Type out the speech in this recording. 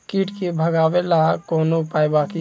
कीट के भगावेला कवनो उपाय बा की?